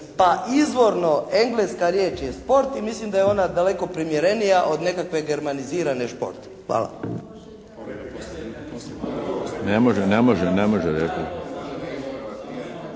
pa izvorno engleska riječ je "sport" i mislim da je ona daleko primjerenija od nekakve germanizirane "šport". Hvala. **Milinović, Darko